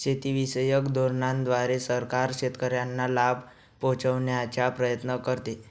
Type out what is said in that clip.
शेतीविषयक धोरणांद्वारे सरकार शेतकऱ्यांना लाभ पोहचवण्याचा प्रयत्न करते